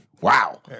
Wow